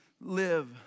live